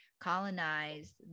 colonized